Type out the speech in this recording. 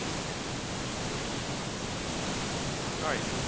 and you can put whatever you want on this cheat sheet. all right,